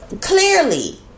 Clearly